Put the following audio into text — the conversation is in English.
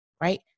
right